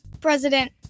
President